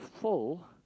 full